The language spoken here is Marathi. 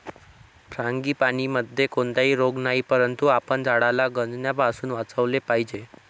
फ्रांगीपानीमध्ये कोणताही रोग नाही, परंतु आपण झाडाला गंजण्यापासून वाचवले पाहिजे